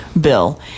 bill